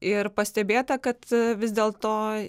ir pastebėta kad vis dėlto